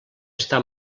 està